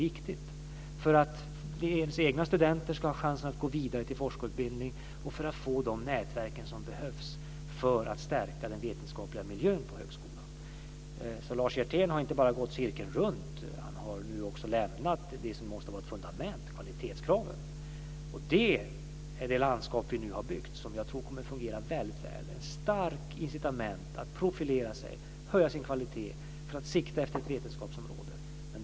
Det är för att de egna studenterna ska få en chans att gå vidare till forskarutbildning och för att få de nätverk som behövs för att stärka den vetenskapliga miljön på högskolan. Lars Hjertén har inte bara gått cirkeln runt, han har också lämnat det som måste vara ett fundament, nämligen kvalitetskraven. Det är det landskap vi nu har byggt och som kommer att fungera väl, nämligen ett starkt incitament att profilera sig, höja kvaliteten för att sikta efter ett vetenskapsområde.